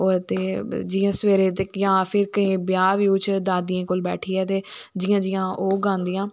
अदे जियां सवेरे जां फ्ही ब्याह् ब्युह च दादियें कोल बेठियै ते जियां जियां ओह् गांदियां